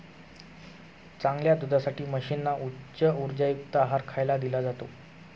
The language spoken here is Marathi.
चांगल्या दुधासाठी म्हशींना उच्च उर्जायुक्त आहार खायला दिला जातो